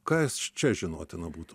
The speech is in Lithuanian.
kas čia žinotina būtų